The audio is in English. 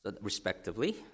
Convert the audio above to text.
respectively